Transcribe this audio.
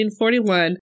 1941